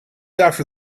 after